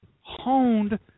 honed